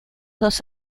dos